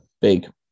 Big